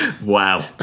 Wow